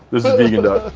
this is vegan duck.